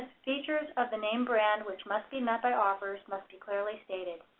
features of the named brand which must be met by offerors must be clearly stated.